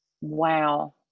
Wow